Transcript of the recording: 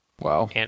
wow